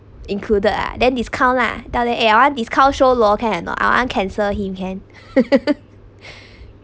included ah then discount lah tell them eh that one discount show lo can or not I want cancel him can